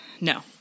No